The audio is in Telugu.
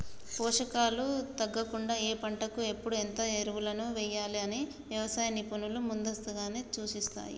పోషకాలు తగ్గకుండా ఏ పంటకు ఎప్పుడు ఎంత ఎరువులు వేయాలి అని వ్యవసాయ నిపుణులు ముందుగానే సూచిస్తారు